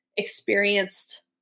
experienced